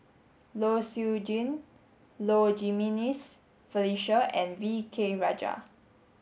Low Siew Nghee Low Jimenez Felicia and V K Rajah